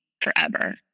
forever